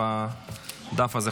בדף הזה.